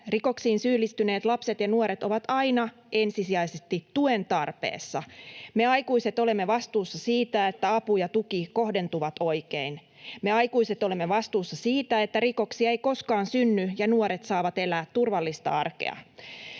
Rikoksiin syyllistyneet lapset ja nuoret ovat aina ensisijaisesti tuen tarpeessa, ja me aikuiset olemme vastuussa siitä, että apu ja tuki kohdentuvat oikein. Me aikuiset olemme vastuussa siitä, että rikoksia ei koskaan synny ja nuoret saavat elää turvallista arkea.